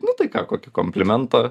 nu tai ką kokį komplimentą